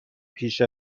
پیش